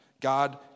God